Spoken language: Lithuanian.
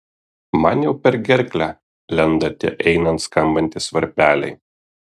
man jau per gerklę lenda tie einant skambantys varpeliai